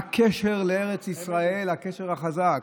הקשר לארץ ישראל, הקשר החזק.